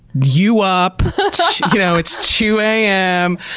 you up? you know it's two am.